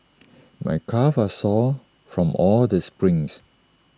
my calves are sore from all the sprints